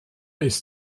ist